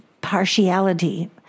partiality